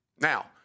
Now